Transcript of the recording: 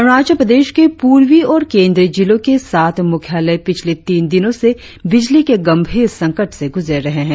अरुणाचल प्रदेश के पूर्वी और केंद्रीय जिलों के सात मुख्यालय पिछले तीन दिनों से बिजली के गंभीर संकट से गुजर रहे है